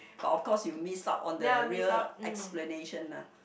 but of course you miss out on the real explanation ah